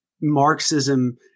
Marxism